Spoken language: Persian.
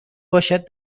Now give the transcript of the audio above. باشد